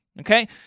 Okay